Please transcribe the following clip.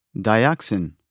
Dioxin